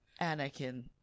Anakin